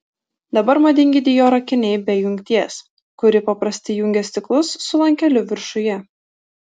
dabar madingi dior akiniai be jungties kuri paprastai jungia stiklus su lankeliu viršuje